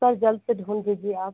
sir जल्द से ढूँढ दीजिए आप